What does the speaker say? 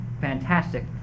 fantastic